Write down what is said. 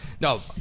No